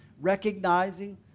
recognizing